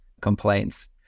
complaints